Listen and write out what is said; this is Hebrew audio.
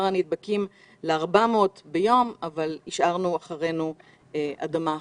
הנדבקים ל-400 ביום אבל השארנו אחרינו אדמה חרוכה.